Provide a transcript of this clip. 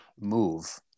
move